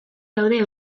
daude